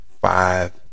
five